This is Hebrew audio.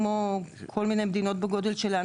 כמו כל מיני מדינות בגודל שלנו.